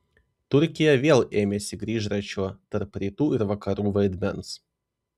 turkija vėl ėmėsi grįžračio tarp rytų ir vakarų vaidmens